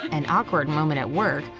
an awkward moment at work.